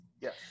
Yes